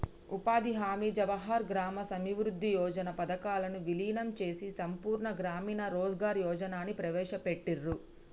ఉపాధి హామీ, జవహర్ గ్రామ సమృద్ధి యోజన పథకాలను వీలీనం చేసి సంపూర్ణ గ్రామీణ రోజ్గార్ యోజనని ప్రవేశపెట్టిర్రు